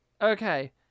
Okay